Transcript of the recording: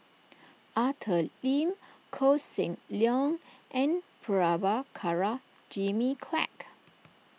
Arthur Lim Koh Seng Leong and Prabhakara Jimmy Quek